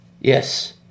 Yes